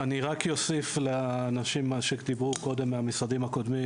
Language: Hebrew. אני רק אוסיף לאנשים שדיברו קודם מהמשרדים הקודמים